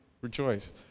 rejoice